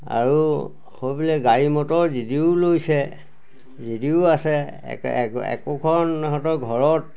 আৰু হয় বোলে গাড়ী মটৰ যদিও লৈছে যদিও আছে একে একোখনহঁতৰ ঘৰত